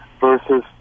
versus